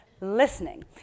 Listening